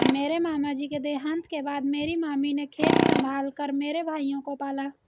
मेरे मामा जी के देहांत के बाद मेरी मामी ने खेत संभाल कर मेरे भाइयों को पाला